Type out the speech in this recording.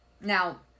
Now